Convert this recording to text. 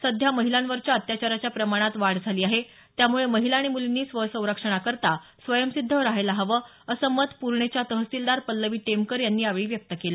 सध्या महिलांवरच्या अत्याचाराच्या प्रमाणत वाढ झाली आहे त्यामुळे महिला आणि मुलींनी स्वसंरक्षणाकरता स्वयंसिद्ध रहायला हवं असं मत पूर्णेच्या तहसीलदार पल्लवी टेमकर यांनी यावेळी व्यक्त केलं